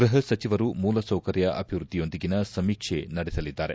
ಗ್ಬಹ ಸಚಿವರು ಮೂಲಸೌಕರ್ಯ ಅಭಿವ್ಬದ್ದಿಯೊಂದಿಗಿನ ಸಮೀಕ್ಷೆ ನಡೆಸಲಿದ್ದಾರೆ